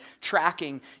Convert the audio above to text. tracking